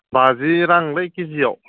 बाजि रांलै केजियाव